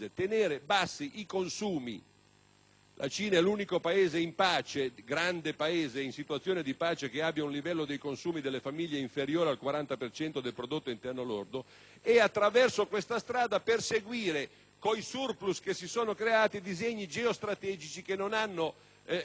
La Cina è l'unico grande Paese in situazione di pace che abbia un livello di consumi delle famiglie inferiore al 40 per cento del prodotto interno lordo; attraverso questa strada persegue, con i *surplus* che si sono creati, disegni geostrategici che non hanno consentito che